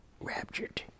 raptured